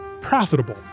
profitable